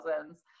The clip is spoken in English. thousands